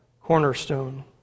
cornerstone